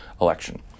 election